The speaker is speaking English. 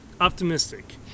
optimistic